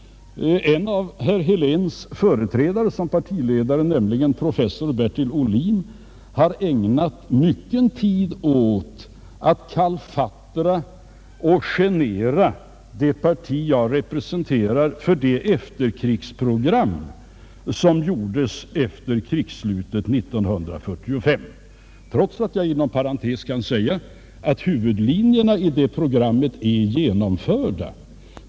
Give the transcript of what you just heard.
En av herr Heléns företrädare som partiledare, professor Bertil Ohlin, har ägnat mycken tid åt att kalfatra och genera det parti jag representerar för det efterkrigsprogram som gjordes efter krigsslutet 1945, trots att jag inom parentes kan säga att huvudlinjerna i det programmet är genomförda.